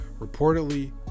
reportedly